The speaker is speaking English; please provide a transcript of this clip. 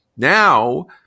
Now